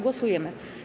Głosujemy.